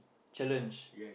challenge